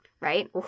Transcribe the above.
right